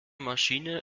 maschine